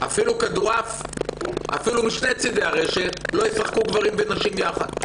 אפילו כדורעף לא ישחקו גברים ונשים ביחד.